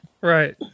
Right